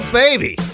baby